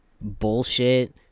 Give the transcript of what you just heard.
bullshit